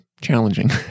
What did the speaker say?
challenging